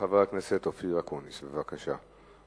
חבר הכנסת אופיר אקוניס, בבקשה.